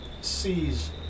sees